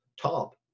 top